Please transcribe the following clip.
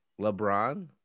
LeBron